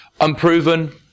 Unproven